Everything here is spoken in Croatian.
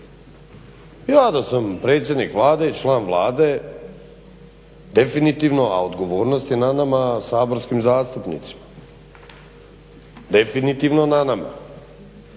Ja da sam predsjednik Vlade i član Vlade, definitivno, a odgovornost je na nama saborskim zastupnicima, definitivno na nama,